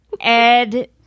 Ed